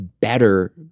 better